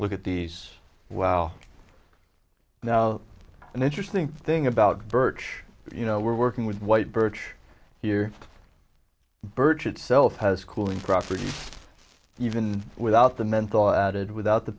look at these wow now an interesting thing about birch you know we're working with white birch here birch itself has cooling properties even without the menthol added without the